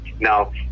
Now